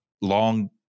long